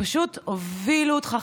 הן פשוט הובילו אותך,